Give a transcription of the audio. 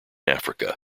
africa